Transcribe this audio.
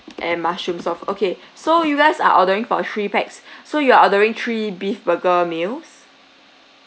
and mushroom soup okay so you guys are ordering for three pax so you are ordering three beef burger meals